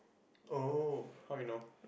oh how you know